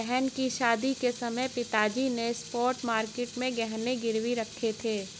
बहन की शादी के समय पिताजी ने स्पॉट मार्केट में गहने गिरवी रखे थे